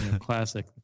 classic